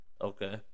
Okay